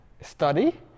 Study